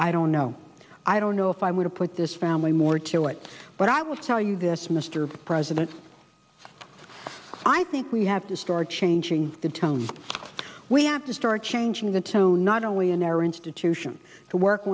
i don't know i don't know if i want to put this family more to it but i will tell you this mr president i think we have to start changing the tone we have to start changing the tone not only an error institution to work